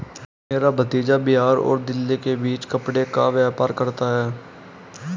मेरा भतीजा बिहार और दिल्ली के बीच कपड़े का व्यापार करता है